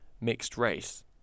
mixed-race